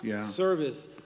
service